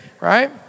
right